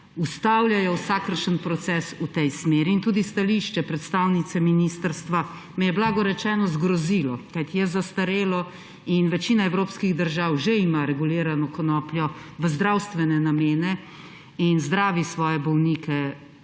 ustavljajo vsakršen proces v tej smeri. In tudi stališče predstavnice ministrstva me je, blago rečeno, zgrozilo, kajti je zastarelo. Večina evropskih držav že ima regulirano konopljo v zdravstvene namene in zdravi svoje bolnike legalno